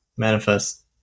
manifest